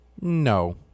No